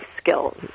skills